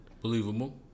Believable